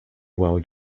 well